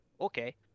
okay